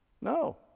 No